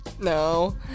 No